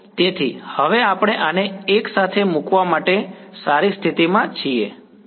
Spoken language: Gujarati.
તેથી હવે આપણે આને એકસાથે મૂકવા માટે સારી સ્થિતિમાં છીએ